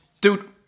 dude